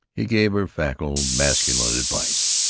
he gave her facile masculine advice.